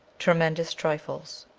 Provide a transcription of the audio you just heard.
tremendous trifles